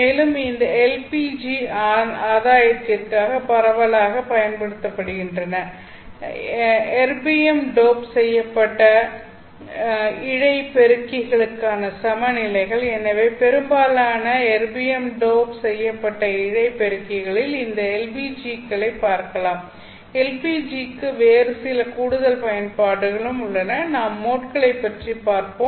மேலும் இந்த எல்பிஜிக்கள் ஆதாயத்திற்காக பரவலாகப் பயன்படுத்தப்படுகின்றன எர்பியம் டோப் செய்யப்பட்ட இழை பெருக்கிகளுக்கான சமநிலைகள் எனவே பெரும்பாலான எர்பியம் டோப் செய்யப்பட்ட இழை பெருக்கிகளில் இந்த எல்பிஜிகளைப் பார்க்கலாம் எல்பிஜிக்கு வேறுசில கூடுதல் பயன்பாடுகளும் உள்ளன நாம் மோட்களை பற்றிப் பார்த்தோம்